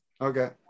Okay